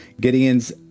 Gideon's